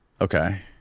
Okay